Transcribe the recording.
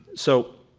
so,